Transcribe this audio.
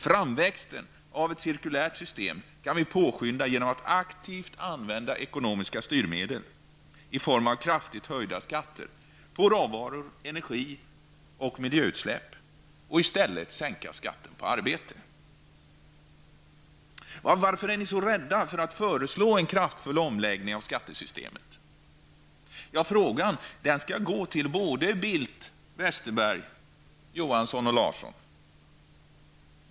Framväxten av ett cirkulärt system kan vi påskynda genom att aktivt använda ekonomiska styrmedel i form av kraftigt höjda skatter på råvaror, energi och miljöutsläpp för att i stället sänka skatten på arbete. Varför är ni så rädda att föreslå en kraftfull omläggning av skattesystemet? Frågan går till både Bildt, Westerberg, Johansson och Larsson.